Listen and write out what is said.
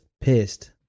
pissed